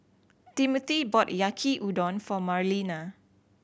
Timmothy bought Yaki Udon for Marlena